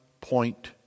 point